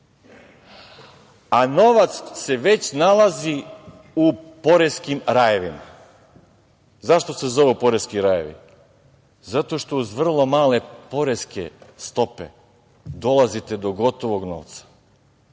a novac se već nalazi u poreskim rajevima.Zašto se zovu poreski rajevi? Zato što uz vrlo male poreske stope dolazite do gotovog novca.